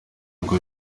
ngo